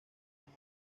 como